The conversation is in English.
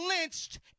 lynched